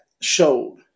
showed